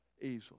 easily